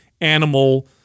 animal